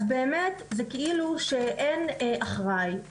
אז באמת זה כאילו שאין אחראי,